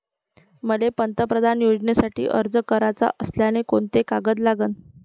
मले पंतप्रधान योजनेसाठी अर्ज कराचा असल्याने कोंते कागद लागन?